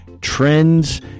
trends